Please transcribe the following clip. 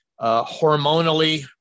Hormonally